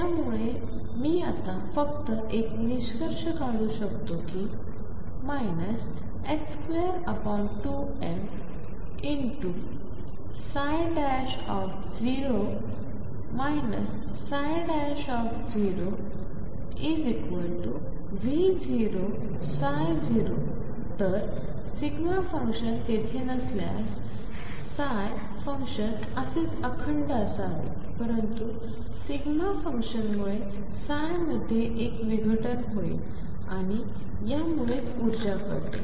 त्यामुळे मी आता फक्त एक निष्कर्ष काढू शकतो की 22m0 0 V0 तर δ फंक्शन तेथे नसल्यास ψ फंक्शन असेच अखंड असावे परंतु δ फंक्शनमुळे मध्ये एक विघटन येईल आणि यामुळेच ऊर्जा कळते